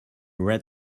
red